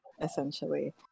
essentially